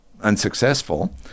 unsuccessful